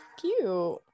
Cute